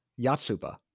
Yatsuba